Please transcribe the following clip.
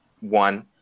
one